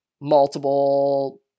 multiple